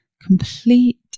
complete